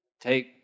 take